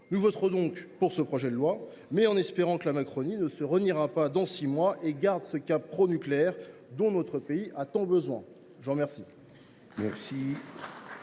Nous voterons donc pour ce projet de loi, mais en espérant que la Macronie ne se reniera pas dans six mois et conservera ce cap pronucléaire dont notre pays a besoin. La parole